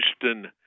Houston